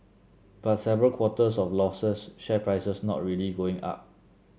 but several quarters of losses share prices not really going up